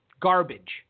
garbage